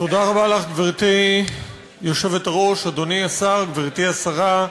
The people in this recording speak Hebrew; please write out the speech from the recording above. תודה רבה לך, אדוני השר, גברתי השרה,